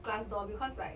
glass door because like